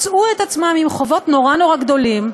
מצאו את עצמם עם חובות נורא-נורא גדולים,